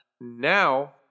Now